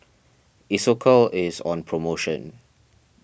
Isocal is on promotion